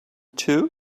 too